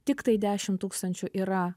tiktai dešimt tūkstančių yra